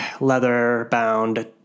leather-bound